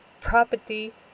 property